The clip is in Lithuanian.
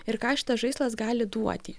ir ką šitas žaislas gali duoti